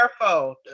careful